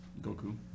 Goku